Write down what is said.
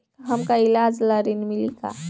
हमका ईलाज ला ऋण मिली का?